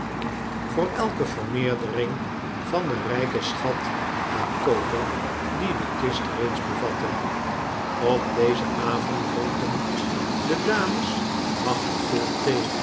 voor elke vermeerdering van den rijken schat aan koper dien de kist reeds bevatte op dezen avond dronken de dames machtig veel